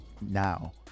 now